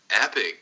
epic